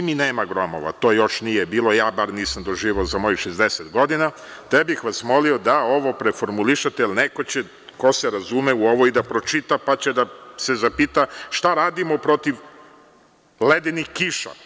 Zimi nema gromova, to još nije bilo, ja bar to nisam doživeo za mojih 60 godina, te bih vas molio da ovo preformulišete, jer će neko ko se razume u ovo i da pročita, pa će da se zapita šta radimo protiv ledenih kiša?